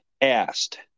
asked